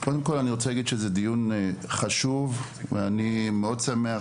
קודם כל אני רוצה להגיד שמדובר בדיון חשוב ואני מאוד שמח,